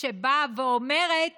שבאה ואומרת